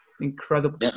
Incredible